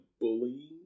bullying